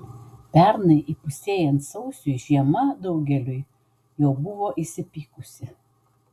pernai įpusėjant sausiui žiema daugeliu jau buvo įsipykusi